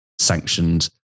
sanctioned